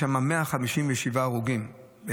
יש שם 157 הרוגים,